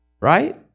Right